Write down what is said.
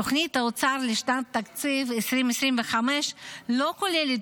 תוכנית האוצר לשנת התקציב 2025 לא כוללת